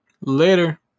later